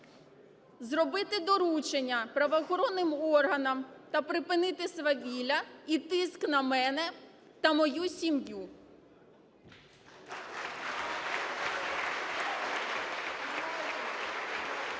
зробити доручення правоохоронним органам та припинити свавілля і тиск на мене та мою сім'ю.